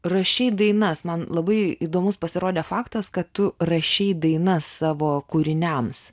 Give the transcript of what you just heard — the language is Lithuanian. rašei dainas man labai įdomus pasirodė faktas kad tu rašei dainas savo kūriniams